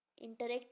interact